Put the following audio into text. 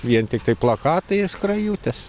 vien tiktai plakatai i skrajutės